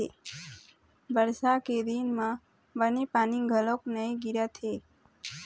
बरसा के दिन म बने पानी घलोक नइ गिरत हे